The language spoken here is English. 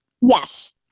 Yes